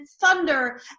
thunder